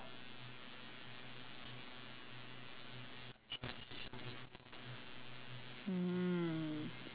mm